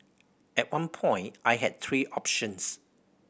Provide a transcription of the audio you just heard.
at one point I had three options